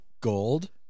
Gold